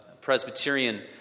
Presbyterian